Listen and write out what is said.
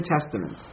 Testament